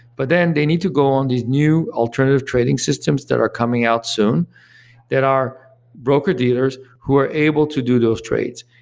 but then they need to go on these new alternative trading systems that are coming out soon that are broker dealers, who are able to do those trades.